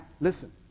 listen